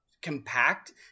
Compact